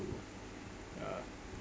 uh